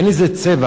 אין לזה צבע,